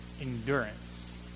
endurance